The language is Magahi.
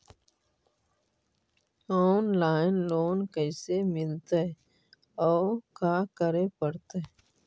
औनलाइन लोन कैसे मिलतै औ का करे पड़तै?